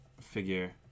figure